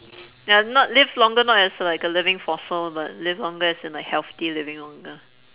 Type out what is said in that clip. ya not live longer not as a like a living fossil but living longer as in like healthy living longer